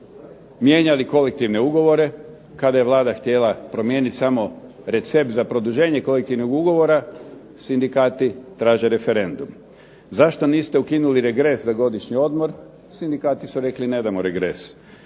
mijenjali kolektivne ugovore kada je Vlada htjela promijenit samo recept za produženje kolektivnog ugovora, sindikati traže referendum. Zašto niste ukinuli regres za godišnji odmor, sindikati su rekli ne damo regres.